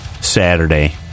Saturday